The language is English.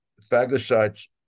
phagocytes